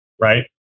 right